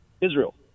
Israel